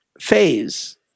phase